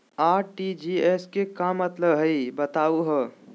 RTGS के का मतलब हई, बताहु हो?